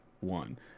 one